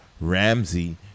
Ramsey